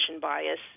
bias